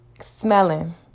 smelling